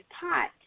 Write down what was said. pot